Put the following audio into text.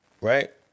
right